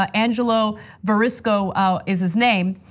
ah angelo varisco ah is his name.